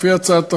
לפי הצעת החוק,